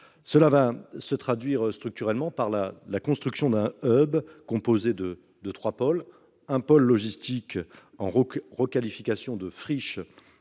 Cela se traduira, structurellement, par la construction d’un hub composé de trois pôles. Le pôle logistique passe par la requalification de friches